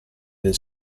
del